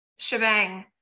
shebang